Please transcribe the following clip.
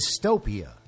dystopia